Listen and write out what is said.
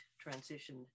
transition